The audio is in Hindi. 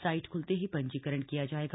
साइट ख्लते ही पंजीकरण किया जाएगा